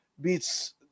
beats